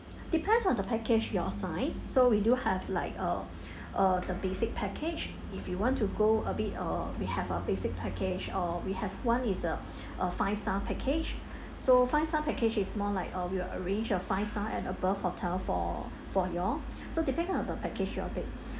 depends on the package y'all sign so we do have like uh uh the basic package if you want to go a bit uh we have a basic package or we have one is uh a five star package so five star package is more like uh we will arrange a five star and above hotel for for y'all so depend kind of the package y'all take